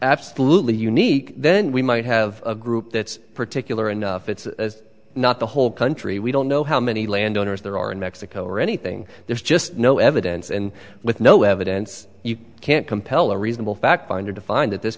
absolutely unique then we might have a group that's particular enough it's not the whole country we don't know how many landowners there are in mexico or anything there's just no evidence and with no evidence you can't compel a reasonable fact finder to find that this